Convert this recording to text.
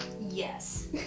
Yes